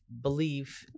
believe